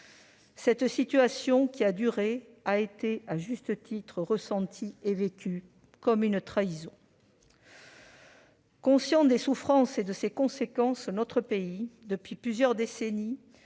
Cette situation, qui a duré, a été à juste titre ressentie et vécue comme une trahison. Conscient de ces souffrances et de leurs conséquences, notre pays, depuis plusieurs décennies